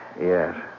Yes